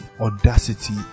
audacity